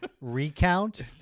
Recount